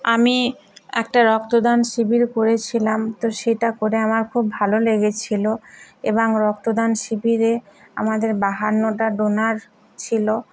আমি একটা রক্তদান শিবির করেছিলাম তো সেটা করে আমার খুব ভালো লেগেছিলো এবং রক্তদান শিবিরে আমাদের বাহান্নটা ডোনার ছিল